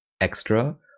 extra